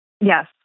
Yes